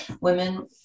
women